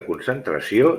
concentració